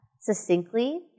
succinctly